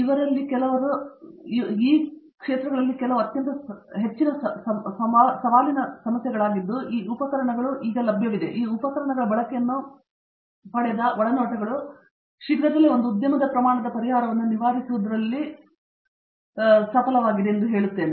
ಇವುಗಳು ಅತ್ಯಂತ ಸವಾಲಿನ ಸಮಸ್ಯೆಗಳಾಗಿದ್ದು ಈ ಉಪಕರಣಗಳು ಈಗ ಲಭ್ಯವಾದವು ಮತ್ತು ಈ ಉಪಕರಣಗಳ ಬಳಕೆಯನ್ನು ಪಡೆದ ಒಳನೋಟಗಳು ಶೀಘ್ರದಲ್ಲೇ ಒಂದು ಉದ್ಯಮದ ಪ್ರಮಾಣದ ಪರಿಹಾರವನ್ನು ನಿವಾರಿಸುವುದರಲ್ಲಿ ದಿನದ ಬೆಳಕನ್ನು ನೋಡುತ್ತದೆ ಎಂದು ನಾನು ಹೇಳಿದೆ